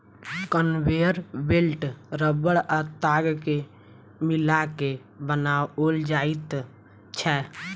conveyor belt रबड़ आ ताग के मिला के बनाओल जाइत छै